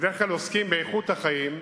בדרך כלל עוסק באיכות החיים,